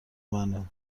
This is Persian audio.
منه